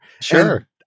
Sure